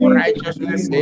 righteousness